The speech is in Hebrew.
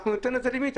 ניתן לזה limit.